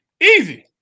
easy